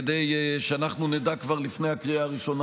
כדי שאנחנו נדע כבר לפני הקריאה הראשונה